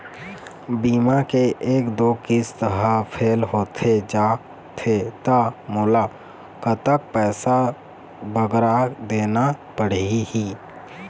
बीमा के एक दो किस्त हा फेल होथे जा थे ता मोला कतक पैसा बगरा देना पड़ही ही?